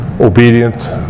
obedient